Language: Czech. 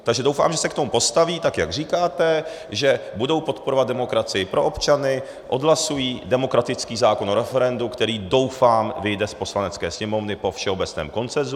Takže doufám, že se k tomu postaví, tak jak říkáte, že budou podporovat demokracii pro občany, odhlasují demokratický zákon o referendu, který, doufám, vyjde z Poslanecké sněmovny po všeobecném většinovém konsenzu.